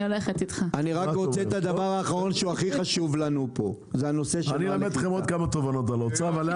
אני אלמד אתכם עוד כמה תובנות על האוצר.